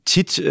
Tit